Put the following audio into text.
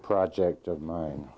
project of mine